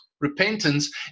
repentance